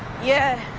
yeah,